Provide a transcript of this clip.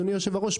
אדוני היושב ראש,